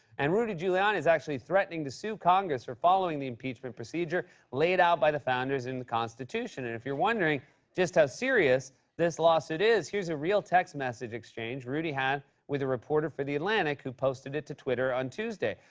and rudy giuliani giuliani is actually threatening to sue congress for following the impeachment procedure laid out by the founders in the constitution. and if you're wondering just how serious this lawsuit is, here's a real text-message exchange rudy had with a reporter for the atlantic who posted it to twitter on tuesday.